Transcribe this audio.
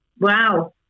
Wow